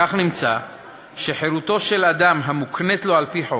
כך נמצא שחירותו של אדם המוקנית לו על-פי חוק,